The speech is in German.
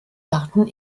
garten